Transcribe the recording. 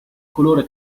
colore